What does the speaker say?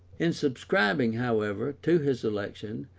in subscribing, however, to his election,